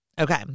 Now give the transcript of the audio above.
Okay